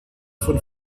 von